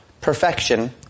perfection